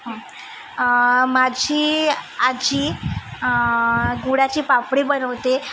माझी आजी गुळाची पापडी बनवते